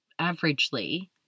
averagely